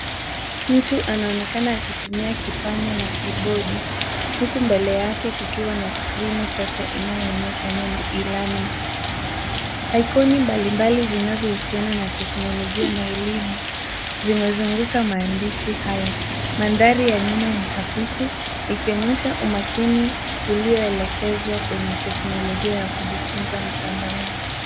Mtu anaonekana akitumia kipanya na kibodi, huku mbele yake kukiwa na skrini pepe inayoonyesha neno E-Learning . Ikoni mbalimbali zinazohusiana na teknolojia na elimu zimezunguka maandishi hayo. Mandhari ya nyuma ni hafifu ikionyesha umakini ulioelekezwa kwenye teknolojia ya kujifunza mtandaoni.